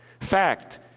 Fact